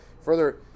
further